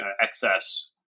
excess